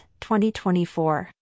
2024